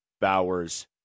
Bowers